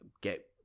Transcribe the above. get